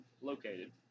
located